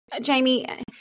Jamie